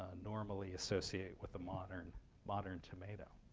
ah normally associate with a modern modern tomato.